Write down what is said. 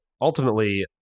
ultimately